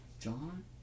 John